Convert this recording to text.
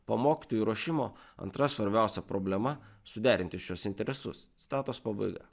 po mokytojų ruošimo antra svarbiausia problema suderinti šiuos interesus citatos pabaiga